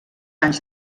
anys